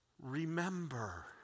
Remember